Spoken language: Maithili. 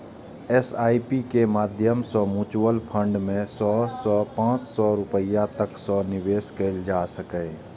एस.आई.पी के माध्यम सं म्यूचुअल फंड मे सय सं पांच सय रुपैया तक सं निवेश कैल जा सकैए